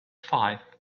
five